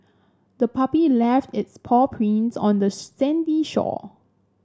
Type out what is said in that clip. the puppy left its paw prints on the sandy shore